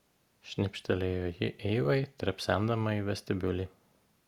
šnipštelėjo ji eivai trepsendama į vestibiulį